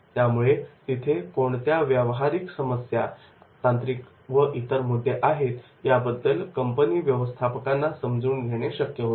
यामुळे तिथे कोणत्या व्यावहारिक समस्या तांत्रिक व इतर मुद्दे आहेत याबद्दल कंपनी व्यवस्थापकांना समजून घेणे शक्य होते